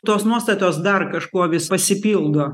tos nuostatos dar kažkuo vis pasipildo